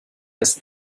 ist